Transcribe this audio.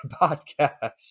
podcast